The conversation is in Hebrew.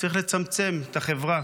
צריך לצמצם את החברה.